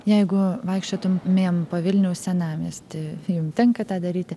jeigu vaikščiotum mėm po vilniaus senamiestį jum tenka tą daryti